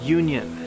union